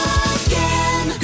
again